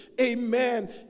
Amen